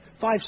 five